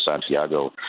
Santiago